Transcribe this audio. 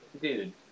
dude